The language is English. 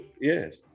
Yes